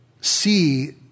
see